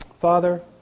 Father